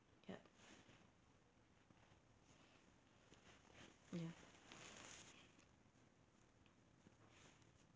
ya ya